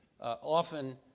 often